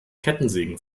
kettensägen